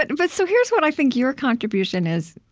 and but so here's what i think your contribution is.